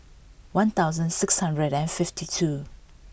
one thousand six hundred and fifty two